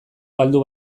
galdu